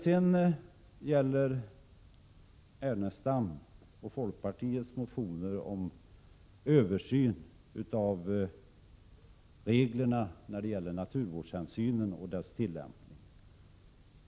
Så till Ernestam och folkpartiets motioner om översyn av reglerna i fråga om naturvårdshänsynen och deras tillämpning.